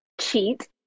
cheat